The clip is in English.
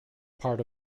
part